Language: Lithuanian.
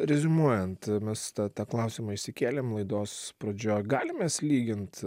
reziumuojant mes tą tą klausimą išsikėlėm laidos pradžioj galim mes lygint